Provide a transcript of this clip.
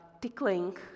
tickling